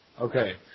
Okay